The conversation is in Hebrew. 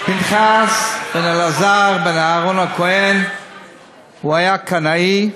פנחס בן אלעזר בן אהרן הכוהן היה קנאי,